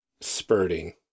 spurting